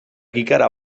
kikara